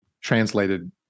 translated